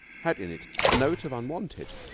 had in it a note of unwonted,